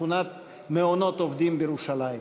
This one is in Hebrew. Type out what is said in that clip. בשכונת מעונות-עובדים בירושלים.